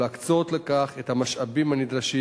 ולהקצות לכך את המשאבים הנדרשים.